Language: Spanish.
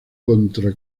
contra